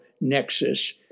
nexus